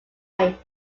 may